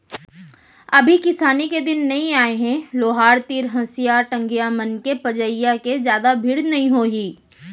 अभी किसानी के दिन नइ आय हे लोहार तीर हँसिया, टंगिया मन के पजइया के जादा भीड़ नइ होही